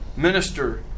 minister